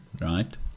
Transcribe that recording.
right